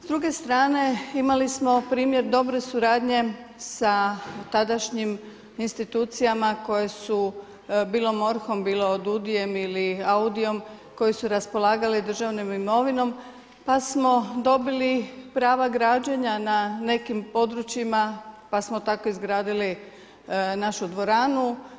S druge strane imali smo primjer dobre suradnje sa tadašnjim institucijama koje su bilo MORH-om, bilo DUDI-em ili AUDI-om koji su raspolagali državnom imovinom pa smo dobili prava građenja na nekim područjima, pa smo tako izgradili našu dvoranu.